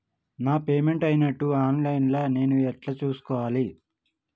నా పేమెంట్ అయినట్టు online లా నేను ఎట్ల చూస్కోవాలే?